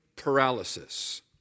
paralysis